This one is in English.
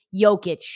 Jokic